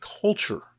culture